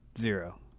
zero